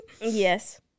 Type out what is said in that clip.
yes